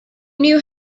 knew